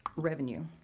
revenue.